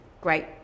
great